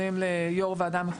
לפני עשור פלוס --- יו"ר הוועדה,